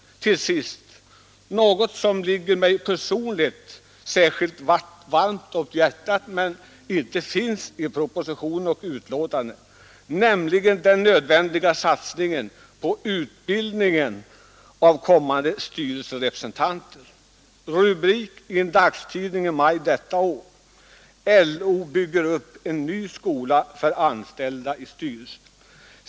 Jag vill till sist ta upp något som ligger mig personligen varmt om hjärtat men som inte behandlas i vare sig propositionen eller betänkandet, nämligen den nödvändiga satsningen på utbildning av kommande styrelserepresentanter. Låt mig som exempel på vad som sker anföra en rubrik i en dagstidning i maj detta år: LO bygger upp en ny skola för anställda i styrelser.